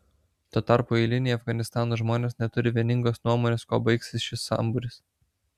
tuo tarpu eiliniai afganistano žmonės neturi vieningos nuomonės kuo baigsis šis sambūris